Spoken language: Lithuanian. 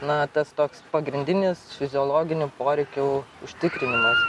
na tas toks pagrindinis fiziologinių poreikių užtikrinimas